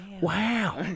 wow